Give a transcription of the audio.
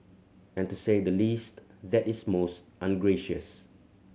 and to say the least that is most ungracious